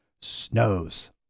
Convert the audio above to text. snows